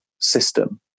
system